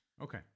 Okay